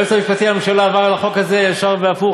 היועץ המשפטי לממשלה עבר על החוק הזה ישר והפוך,